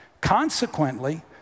Consequently